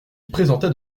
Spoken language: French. présentait